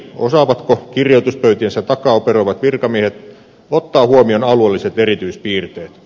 osaavatko kirjoituspöytiensä takaa operoivat virkamiehet ottaa huomioon alueelliset erityispiirteet